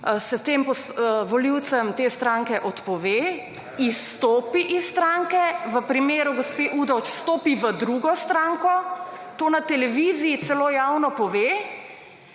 se tem volivcem te stranke odpove, izstopi iz stranke, v primeru gospe Udovč stopi v drugo stranko, to na televiziji celo javno pove,